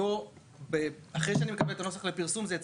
להשלים רק, בנוגע למה שנאמר פה על ידי אסף.